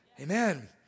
Amen